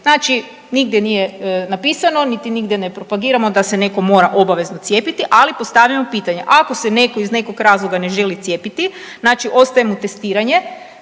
znači nigdje nije napisano niti nigdje ne propagiramo da se neko mora obavezno cijepiti, ali postavljamo pitanje ako se neko iz nekog razloga ne želi cijepiti, znači ostaje mu testiranje,